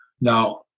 now